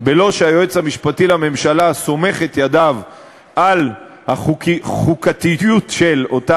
בלא שהיועץ המשפטי לממשלה סומך את ידיו על החוקתיות שלה,